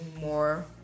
more